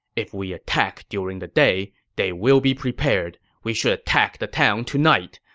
if we attack during the day, they will be prepared. we should attack the town tonight.